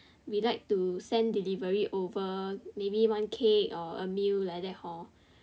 we like to send delievery over maybe one cake or a meal like that hor